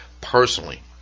Personally